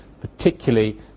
particularly